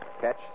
catch